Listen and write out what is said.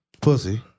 pussy